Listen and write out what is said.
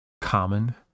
common